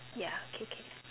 yeah K K